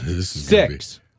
Six